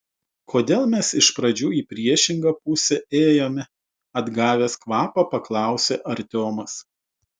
kodėl mes iš pradžių į priešingą pusę ėjome atgavęs kvapą paklausė artiomas